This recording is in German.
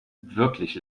wirklich